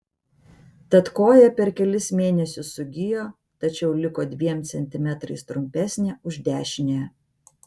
tad koja per kelis mėnesius sugijo tačiau liko dviem centimetrais trumpesnė už dešiniąją